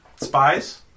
spies